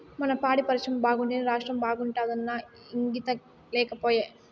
మన పాడి పరిశ్రమ బాగుంటేనే రాష్ట్రం బాగుంటాదన్న ఇంగితం లేకపాయే